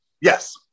Yes